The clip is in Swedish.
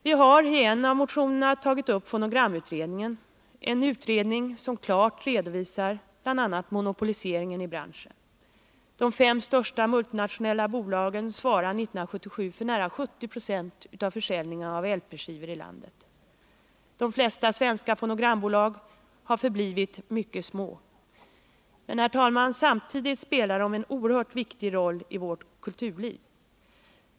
Vi har bl.a. tagit upp fonogramutredningen — en utredning som klart redovisar monopoliseringen i branschen. De fem största multinationella bolagen svarade 1977 för nära 70 20 av försäljningen av LP-skivor i landet. De flesta svenska fonogrambolag har förblivit mycket små. Men, herr talman, samtidigt spelar de en oerhört viktig roll i vårt kulturliv.